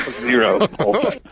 Zero